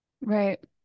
Right